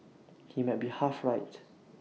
he might be half right